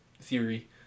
theory